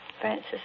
Francis